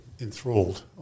enthralled